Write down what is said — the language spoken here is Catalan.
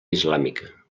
islàmica